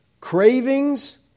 cravings